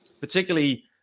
Particularly